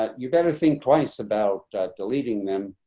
ah you better think twice about deleting them.